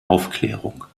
aufklärung